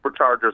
Superchargers